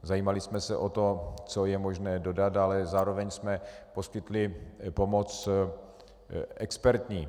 Zajímali jsme se o to, co je možné dodat, ale zároveň jsme poskytli pomoc expertní.